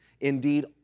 Indeed